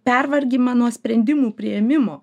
pervargimą nuo sprendimų priėmimo